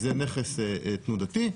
זה נכס תנודתי,